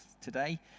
today